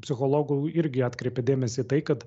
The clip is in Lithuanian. psichologų irgi atkreipė dėmesį tai kad